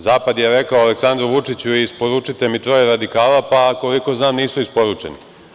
Zapad je rekao Aleksandru Vučiću isporučite mi troje radikala, pa koliko znam nisu isporučeni.